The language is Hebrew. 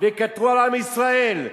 ויקטרו על עם ישראל,